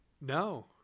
no